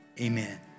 Amen